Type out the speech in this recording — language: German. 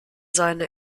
seine